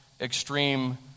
extreme